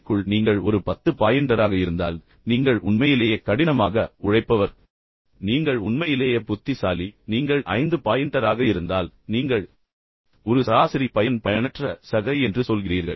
க்குள் நீங்கள் ஒரு பத்து பாயின்டராக இருந்தால் ஓ நீங்கள் உண்மையிலேயே கடினமாக உழைப்பவர் நீங்கள் உண்மையிலேயே புத்திசாலி நீங்கள் ஒரு மேதை நீங்கள் ஐந்து பாயின்டராக இருந்தால் எனவே நீங்கள் ஒரு சராசரி பையன் பயனற்ற சக என்று சொல்கிறீர்கள்